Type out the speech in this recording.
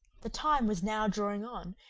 the time was now drawing on,